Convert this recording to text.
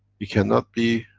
you cannot be,